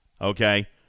okay